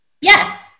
Yes